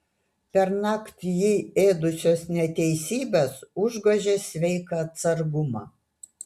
pernakt jį ėdusios neteisybės užgožė sveiką atsargumą